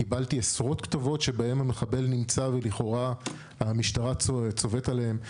קיבלתי עשרות כתובות שבהם המחבל נמצא ולכאורה המשטרה צובאת עליהם.